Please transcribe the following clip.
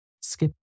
skip